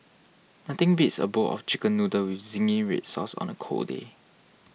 nothing beats a bowl of Chicken Noodles with Zingy Red Sauce on a cold day